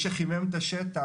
ומי שחימם את השטח,